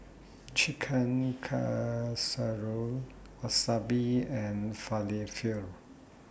Chicken Casserole Wasabi and Falafel